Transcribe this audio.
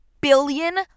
billion